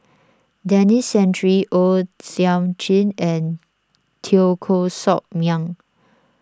Denis Santry O Thiam Chin and Teo Koh Sock Miang